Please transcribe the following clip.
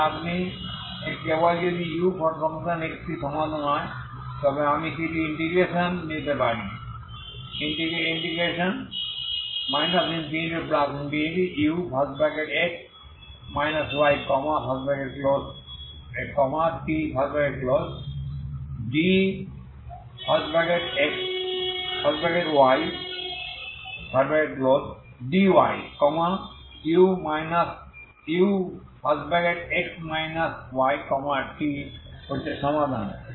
এখন আপনি কেবল যদি uxt সমাধান হয় তবে আমি কিছু ইন্টিগ্রেশন নিতে পারি ∞ux ytgdy ux yt হচ্ছে সমাধান